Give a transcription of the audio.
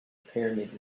pyramids